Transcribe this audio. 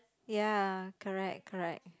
ya correct correct